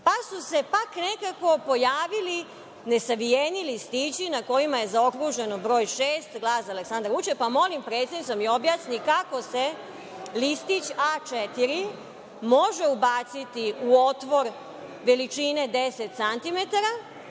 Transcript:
pa su se pak nekako pojavili nesavijeni listići na kojima je zaokružen broj šest, glas za Aleksandra Vučića, pa molim predsednicu da mi objasni – kako se listić A4 može ubaciti u otvor veličine 10